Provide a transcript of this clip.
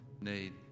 need